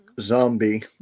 zombie